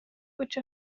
which